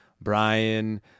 Brian